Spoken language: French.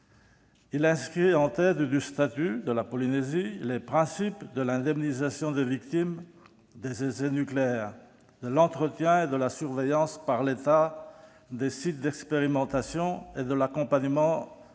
Il inscrit en tête du statut de la Polynésie les principes de l'indemnisation des victimes des essais nucléaires, de l'entretien et de la surveillance par l'État des sites d'expérimentation et de l'accompagnement de